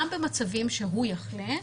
גם במצבים שהוא יחלה,